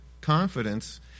confidence